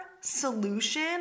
solution